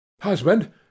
Husband